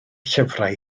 llyfrau